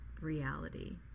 reality